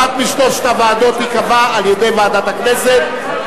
אחת משלוש הוועדות, תיקבע על-ידי ועדת הכנסת.